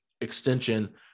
extension